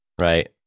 Right